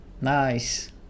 Nice